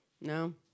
No